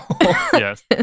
Yes